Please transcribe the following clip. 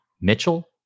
Mitchell